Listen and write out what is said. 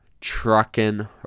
trucking